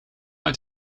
uit